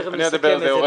תכף נסכם את זה.